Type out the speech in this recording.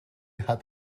hat